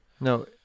No